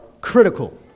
critical